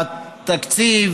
התקציב